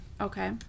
Okay